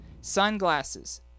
Sunglasses